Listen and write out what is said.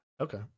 okay